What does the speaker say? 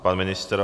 Pan ministr?